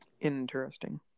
Interesting